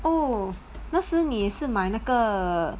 oh 那时你是买那个